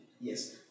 Yes